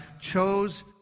chose